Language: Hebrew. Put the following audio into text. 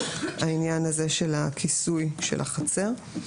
העניין הזה של הכיסוי של החצר.